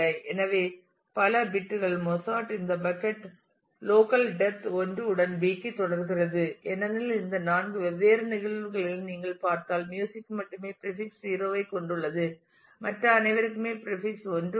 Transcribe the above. எனவே பல பிட்கள் மொஸார்ட் இந்த பக்கட் லோக்கல் டெப்த் 1 உடன் B க்கு தொடர்கிறது ஏனெனில் இந்த 4 வெவ்வேறு நிகழ்வுகளையும் நீங்கள் பார்த்தால் மியூசிக் மட்டுமே பிரீபிக்ஸ் 0 ஐக் கொண்டுள்ளது மற்ற அனைவருக்கும் பிரீபிக்ஸ் 1 உள்ளது